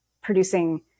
producing